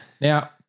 Now